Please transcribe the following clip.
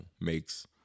makes